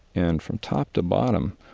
and from top to bottom,